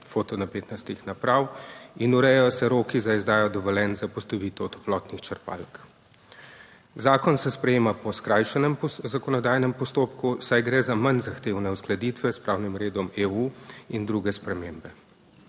fotonapetnostnih naprav in urejajo se roki za izdajo dovoljenj za postavitev toplotnih črpalk. Zakon se sprejema po skrajšanem zakonodajnem postopku, saj gre za manj zahtevne uskladitve s pravnim redom EU in druge spremembe.